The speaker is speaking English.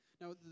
Now